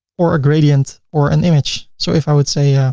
or a gradient, or an image. so if i would say,